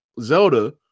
Zelda